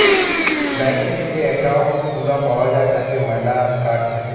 bank থেক্যে যে account গুলা পাওয়া যায় তার ম্যালা কার্ড থাক্যে